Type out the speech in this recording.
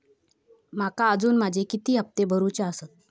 माका अजून माझे किती हप्ते भरूचे आसत?